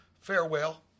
Farewell